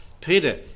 Peter